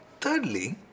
Thirdly